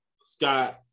scott